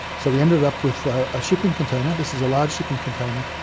so we ended up with a ah shipping container, this is a large shipping container,